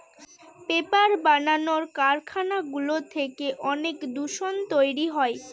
paper বানানোর কারখানাগুলো থেকে অনেক দূষণ তৈরী হয়